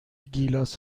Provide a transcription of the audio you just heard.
گیلاس